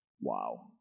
Wow